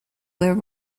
where